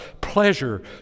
pleasure